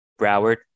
Broward